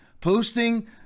posting